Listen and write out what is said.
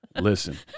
Listen